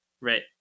right